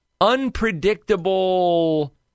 unpredictable